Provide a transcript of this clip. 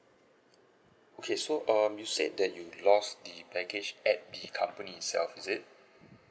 okay so um you said that you lost the baggage at the company itself is it